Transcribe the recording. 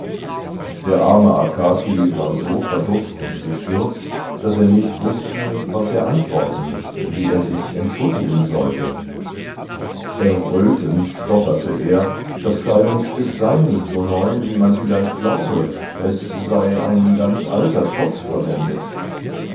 der arme akaki war so verdutzt und bestürzt daß er nicht wußte was er antworten wie er sich entschuldigen sollte errötend stotterte er das kleidungsstück sei nicht so neu wie man vielleicht glaube es sei ein ganz alter stoff verwendet